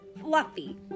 fluffy